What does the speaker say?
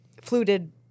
fluted